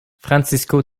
francisco